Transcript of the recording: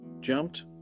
jumped